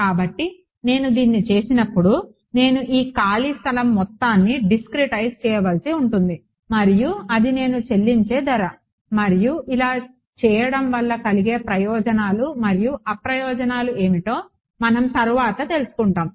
కాబట్టి నేను దీన్ని చేసినప్పుడు నేను ఈ ఖాళీ స్థలం మొత్తాన్ని డిస్క్క్రెటైజ్ చేయవలసి ఉంటుంది మరియు అది నేను చెల్లించే ధర మరియు ఇలా చేయడం వల్ల కలిగే ప్రయోజనాలు మరియు అప్రయోజనాలు ఏమిటో మనం తరువాత తెలుసుకుంటాము